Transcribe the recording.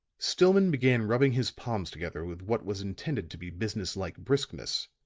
stillman began rubbing his palms together with what was intended to be business-like briskness